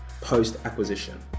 post-acquisition